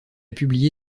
publié